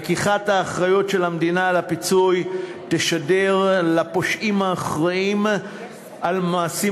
לקיחת האחריות של המדינה על הפיצוי תשדר לפושעים האחראים למעשים